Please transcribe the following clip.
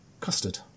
Custard